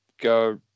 go